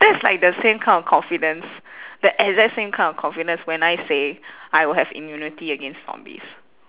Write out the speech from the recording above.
that's like the same kind of confidence the exact same kind of confidence when I say I will have immunity against zombies